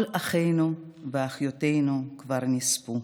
כל אחינו ואחיותינו כבר נספו.